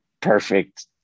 perfect